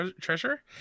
treasure